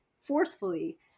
forcefully